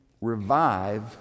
revive